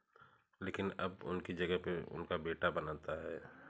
लेकिन अब उनकी जगह पर उनका बेटा बनाता है